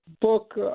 book